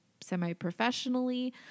semi-professionally